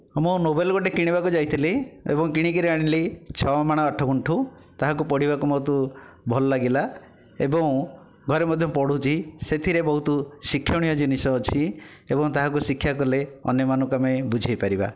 ହଁ ମୁଁ ନୋଭେଲ୍ ଗୋଟିଏ କିଣିବାକୁ ଯାଇଥିଲି ଏବଂ କିଣିକିରି ଆଣିଲି ଛଅ ମାଣ ଆଠ ଗୁଣ୍ଠ ତାହାକୁ ପଢ଼ିବାକୁ ବହୁତ ଭଲ ଲାଗିଲା ଏବଂ ଘରେ ମଧ୍ୟ ପଢ଼ୁଛି ସେଥିରେ ବହୁତ ଶିକ୍ଷଣିୟ ଜିନିଷ ଅଛି ଏବଂ ତାହାକୁ ଶିକ୍ଷା କଲେ ଅନ୍ୟମାନଙ୍କୁ ଆମେ ବୁଝେଇ ପାରିବା